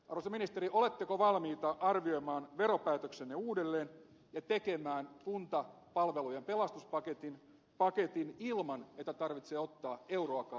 arvoisa ministeri oletteko valmiita arvioimaan veropäätöksenne uudelleen ja tekemään kuntapalvelujen pelastuspaketin ilman että tarvitsee ottaa euroakaan lisää velkaa